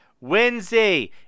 Wednesday